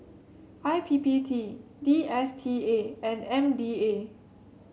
I P P T D S T A and M D A